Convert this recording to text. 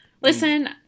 Listen